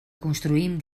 construïm